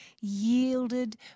yielded